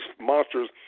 monsters